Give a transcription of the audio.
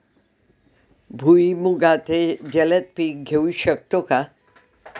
भुईमुगाचे जलद पीक घेऊ शकतो का?